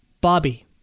Bobby